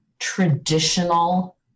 Traditional